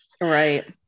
Right